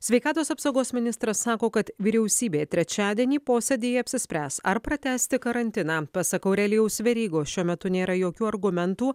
sveikatos apsaugos ministras sako kad vyriausybė trečiadienį posėdyje apsispręs ar pratęsti karantiną pasak aurelijaus verygos šiuo metu nėra jokių argumentų